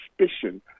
suspicion